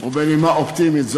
בנימה אופטימית,